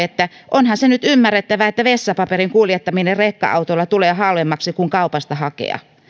että onhan se nyt ymmärrettävää että vessapaperin kuljettaminen rekka autolla tulee halvemmaksi kuin kaupasta hakea